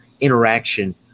interaction